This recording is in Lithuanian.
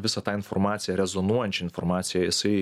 visą tą informaciją rezonuojančią informaciją jisai